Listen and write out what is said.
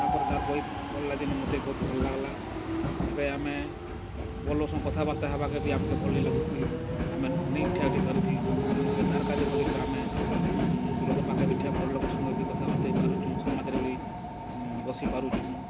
ତା'ର୍ପରେ ତା'ର୍ ବହି ପଢ଼ଲା ଦିନୁ ମତେ ବହୁତ୍ ଭଲ୍ ଲାଗ୍ଲା ଏବେ ଆମେ ବଡ଼ ଲୋକ୍ ସଙ୍ଗେ କଥାବାର୍ତ୍ତା ହେବାକେ ବି ଆମ୍କେ ଭଲ୍ ନାଇଁ ଆମେ ନାଇ ଠେହେରି ପାରୁଥାଇ ଏବେ ତା'ର୍ କା'ଯେ ବୋଲିକରି ଆମେ ଲୋକ୍ର ପାଖେ ଏବେ ଠିଆ ବଡ଼୍ ଲୋକ୍ ସାଙ୍ଗେ ବି କଥାବାର୍ତ୍ତା ହେଇପାରୁଛୁଁ ସମାଜ୍ରେ ବି ବସି ପାରୁଛୁଁ